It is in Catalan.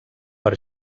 per